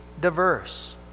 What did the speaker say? diverse